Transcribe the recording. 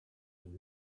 une